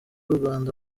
rwanda